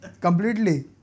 completely